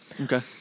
Okay